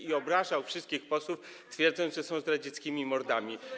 i obrażał wszystkich posłów, twierdząc, że są zdradzieckimi mordami.